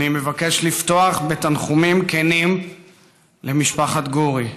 אני מבקש לפתוח בתנחומים כנים למשפחת גורי,